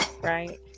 right